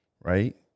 right